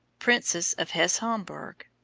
princess of hesse homburg.